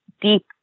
deep